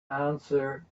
answer